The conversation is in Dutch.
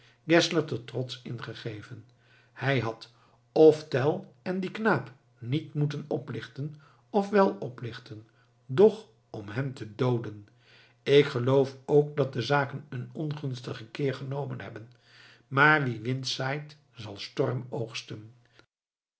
door trots ingegeven hij had f tell en dien knaap niet moeten oplichten f wel oplichten doch om hen te dooden ik geloof ook dat de zaken een ongunstigen keer genomen hebben maar wie wind zaait zal storm oogsten